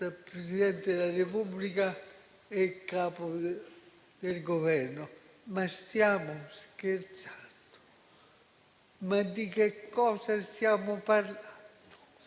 dal Presidente della Repubblica e dal Capo del Governo. Ma stiamo scherzando? Di che cosa stiamo parlando?